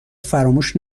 فراموش